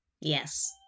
Yes